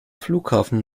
flughafen